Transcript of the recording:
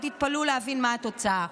ותתפלאו להבין מה התוצאה.